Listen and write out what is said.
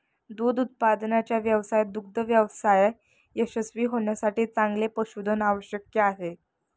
दूध उत्पादनाच्या व्यवसायात दुग्ध व्यवसाय यशस्वी होण्यासाठी चांगले पशुधन आवश्यक आहे